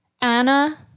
Anna